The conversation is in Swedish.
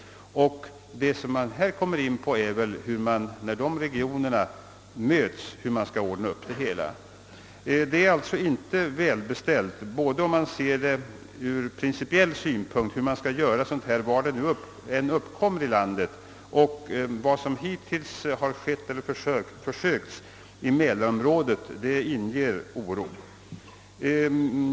Vad vi då kommer in på är frågan om hur det hela skall ordnas upp när dessa regioner möts. Allt är således inte väl beställt. Vare sig man ser frågan från principiell synpunkt — hur man skall handlägga problemet var det än uppkommer i landet — eller man tänker på vad som hittills försökts i mälarområdet inger situationen oro.